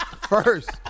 first